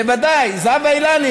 בוודאי זהבה אילני,